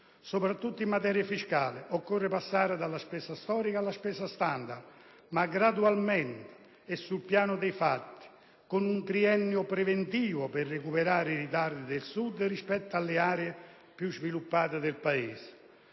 soprattutto in materia fiscale, occorre passare dalla spesa storica alla spesa standard, ma gradualmente e sul piano dei fatti, con un triennio preventivo per recuperare il ritardo del Sud rispetto alle aree più sviluppate del Paese.